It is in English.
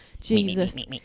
Jesus